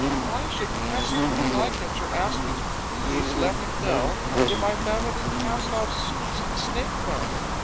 why should cresty the flycatcher ask me to please let him know if i found any cast-off suits of the snake family?